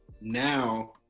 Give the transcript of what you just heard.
now